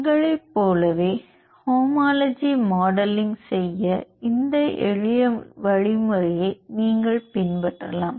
எங்களைப் போலவே homology modelling செய்ய இந்த எளிய வழிமுறையை நீங்கள் பின்பற்றலாம்